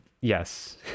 yes